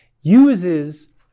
uses